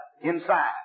inside